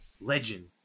legend